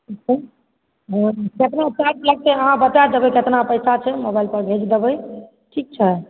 हँ कतना चार्ज लगतै अहाँ बता देबै तऽ कतना पैसा छै मोबाइलपर भेज देबै ठीक छै